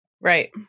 Right